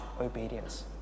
obedience